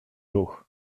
ruch